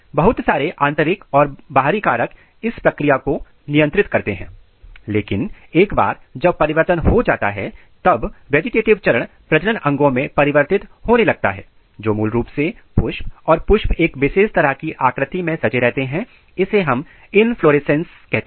बहुत सारे आंतरिक और और बाहरी कारक इस प्रक्रिया को नियंत्रित करते हैं लेकिन एक बार जब परिवर्तन हो जाता है तब वेजिटेटिव चरण प्रजनन अंगों में परिवर्तित होने लगता है जो मूल रूप से पुष्प और पुष्प एक विशेष तरह की आकृति में सजे रहते है इसे इनफ्लोरेसेंस कहते हैं